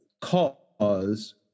cause